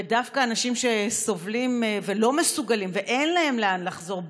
ודווקא אנשים שסובלים ולא מסוגלים ואין להם לאן לחזור,